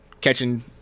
catching